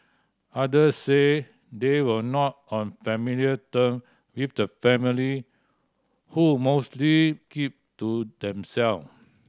others said they were not on familiar term with the family who mostly kept to themself